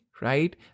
right